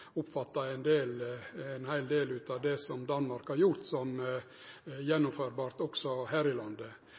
ein heil del av det som Danmark har gjort, er gjennomførleg også her i landet.